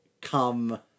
Come